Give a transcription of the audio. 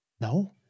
No